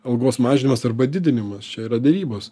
algos mažinimas arba didinimas čia yra derybos